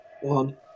One